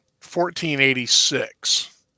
1486